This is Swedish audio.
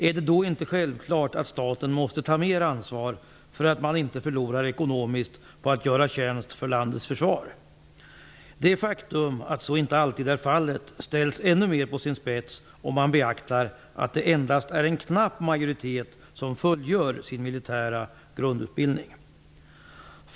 Är det då inte självklart att staten måste ta mer ansvar för att de värnpliktiga inte förlorar ekonomiskt på att tjänstgöra i landets försvar? Det faktum att så inte alltid är fallet ställs ännu mer på sin spets om man beaktar att det endast är en knapp majoritet av de värnpliktiga som fullgör sin militära grundutbildning.